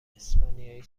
اسپانیایی